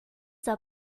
zur